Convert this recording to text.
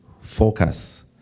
focus